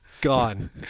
gone